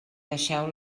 deixeu